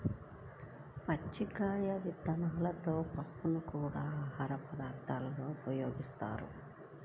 పుచ్చకాయ విత్తనాలలోని పప్పుని కూడా ఆహారపదార్థంగా ఉపయోగిస్తారు